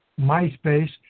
MySpace